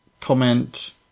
comment